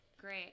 Great